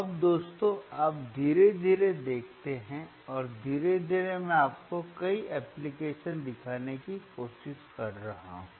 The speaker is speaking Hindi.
अब दोस्तों आप धीरे धीरे देखते हैं और धीरे धीरे मैं आपको कई एप्लिकेशन दिखाने की कोशिश कर रहा हूं